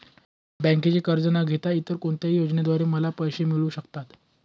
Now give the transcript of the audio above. बँकेचे कर्ज न घेता इतर कोणत्या योजनांद्वारे मला पैसे मिळू शकतात?